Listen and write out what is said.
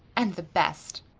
and the best.